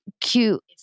cute